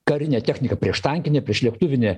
karinė technika prieštankinė priešlėktuvinė